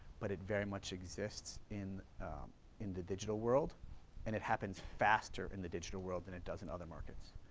but it very much exists in in the digital world and it happens faster in the digital world than it does in other markets,